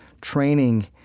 training